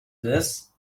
this